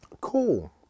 cool